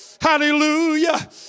Hallelujah